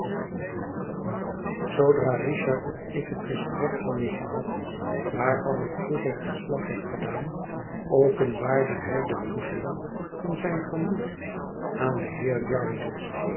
zoodra richard en ik het gesprek hadden gehad waarvan ik vroeger verslag heb gedaan openbaarde hij den toestand van zijn gemoed aan den heer